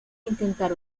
intentar